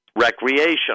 recreation